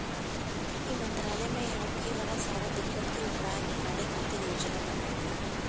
ई मंत्रालय गाँव मे होखे वाला सारा दिक्कत के उपाय निकाले खातिर योजना बनावेला